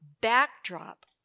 backdrop